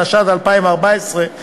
התשע"ד 2014,